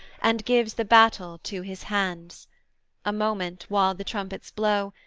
and gives the battle to his hands a moment, while the trumpets blow,